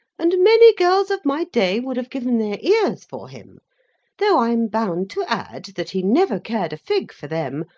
and many girls of my day would have given their ears for him though i am bound to add that he never cared a fig for them,